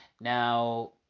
Now